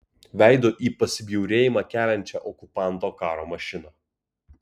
veidu į pasibjaurėjimą keliančią okupanto karo mašiną